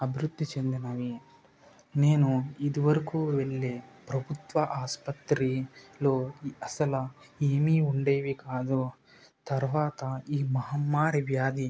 అభివృద్ధి చెందినవి నేను ఇదివరకు వెళ్ళే ప్రభుత్వ ఆసుపత్రిలో అసలు ఏమీ ఉండేవి కాదు తరువాత ఈ మహమ్మారి వ్యాధి